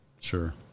Sure